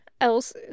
else